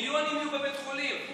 מיליונים יהיו בבתי חולים.